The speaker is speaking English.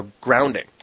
grounding